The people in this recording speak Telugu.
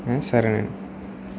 సరేనండి